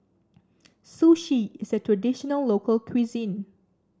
Sushi is a traditional local cuisine